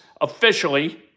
officially